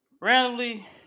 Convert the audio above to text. randomly